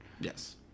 yes